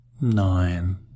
Nine